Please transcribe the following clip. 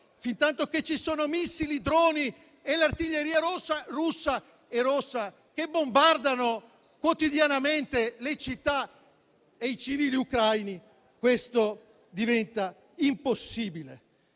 fintanto che missili, droni e l'artiglieria russa - e rossa - bombardano quotidianamente le città e i civili ucraini, questo diventa impossibile.